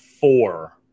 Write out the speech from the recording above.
four